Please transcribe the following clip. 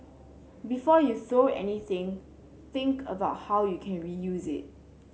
before you throw anything think about how you can reuse it